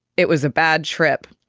it was a bad trip.